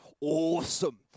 awesome